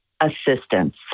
assistance